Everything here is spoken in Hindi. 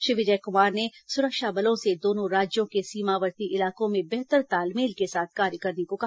श्री विजय कुमार ने सुरक्षा बलों से दोनों राज्यों के सीमावर्ती इलाकों में बेहतर तालमेल के साथ कार्य करने को कहा